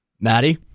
Maddie